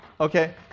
okay